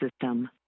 system